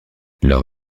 leur